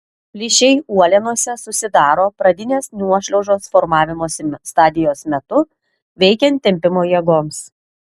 plyšiai uolienose susidaro pradinės nuošliaužos formavimosi stadijos metu veikiant tempimo jėgoms